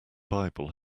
bible